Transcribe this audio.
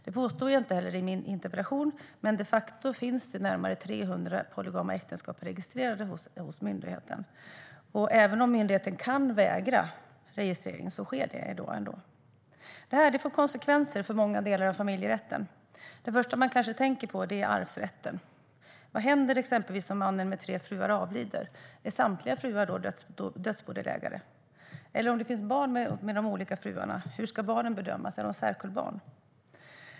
Det påstår jag inte heller i min interpellation, men de facto finns det närmare 300 polygama äktenskap registrerade hos Skatteverket. Även om myndigheten kan vägra registrering görs det ändå. Detta får konsekvenser för många delar av familjerätten. Det första man tänker på är arvsrätten. Vad händer exempelvis om mannen med tre fruar avlider? Är samtliga fruar dödsbodelägare? Om den avlidne har barn med de olika fruarna, hur ska barnen bedömas? Är de särkullbarn?